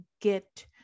get